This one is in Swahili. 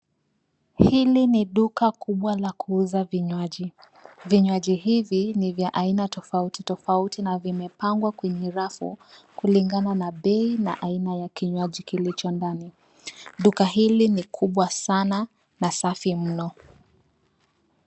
Hili ni duka kubwa la kuuza vinywaji. Vinywaji hivi ni vya aina tofauti tofauti na vimepangwa kwenye rafu kulingana na bei na aina ya kinywaji kilicho ndani. Duka hili ni kubwa sana na safi mno.